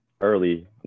early